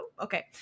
okay